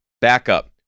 backup